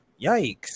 yikes